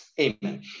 Amen